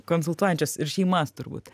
konsultuojančios ir šeimas turbūt